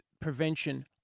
prevention